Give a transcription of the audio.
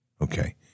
Okay